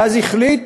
ואז החליט